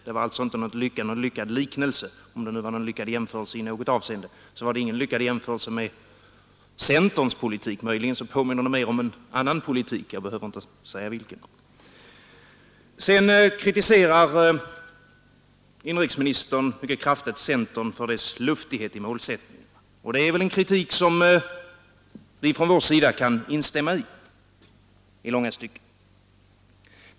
Det var alltså inte någon lyckad liknelse. Om det nu i något avseende var en lyckad jämförelse så var det ingen lyckad jämförelse med centerns politik. Möjligen påminner den om en annan politik. Jag behöver inte säga vilken. Sedan kritiserar inrikesministern mycket kraftigt centern för dess lustighet i målsättningen. Det är väl en kritik som vi från vår sida i långa stycken kan instämma i.